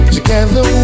Together